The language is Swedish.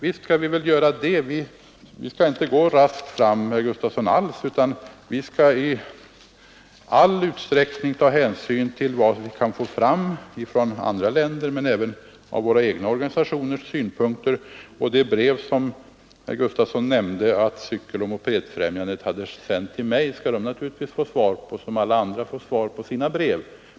Vi skall inte alls gå raskt fram, utan vi skall i all utsträckning ta hänsyn till vad vi kan få fram från andra länder och från våra egna organisationer. Det brev som herr Gustafson nämnde att Cykeloch mopedfrämjandet sänt till mig skall naturligtvis besvaras, lika väl som alla andra får svar på sina brev.